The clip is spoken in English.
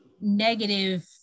negative